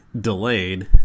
delayed